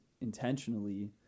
intentionally